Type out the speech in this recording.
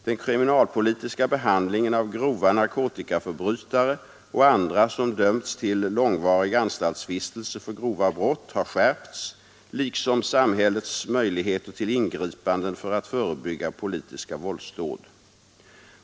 Den kriminalpolitiska behandlingen av grova narkotikaförbrytare och andra som har dömts till långvarig anstaltsvistelse för grova brott har skärpts liksom samhällets möjligheter till ingripanden för att förebygga politiska våldsdåd.